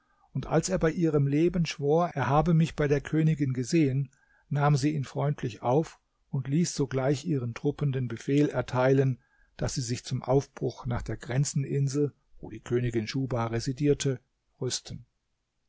und als er bei ihrem leben schwor er habe mich bei der königin gesehen nahm sie ihn freundlich auf und ließ sogleich ihren truppen den befehl erteilen daß sie sich zum aufbruch nach der grenzeninsel wo die königin schuhba residierte rüsten